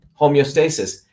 homeostasis